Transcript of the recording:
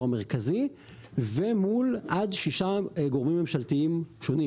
המרכזי ומול עד שישה גורמים ממשלתיים שונים